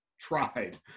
tried